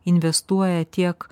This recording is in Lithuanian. investuoja tiek